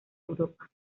europa